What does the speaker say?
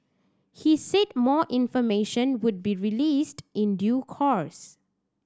he said more information would be released in due course